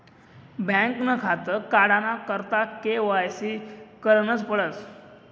बँकनं खातं काढाना करता के.वाय.सी करनच पडस